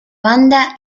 banda